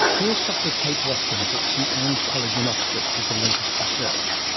here's dr kate watkins at st anne's college in oxford with the latest research.